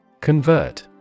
Convert